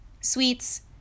Sweets